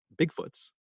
Bigfoots